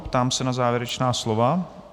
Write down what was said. Ptám se na závěrečná slova.